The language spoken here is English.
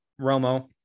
Romo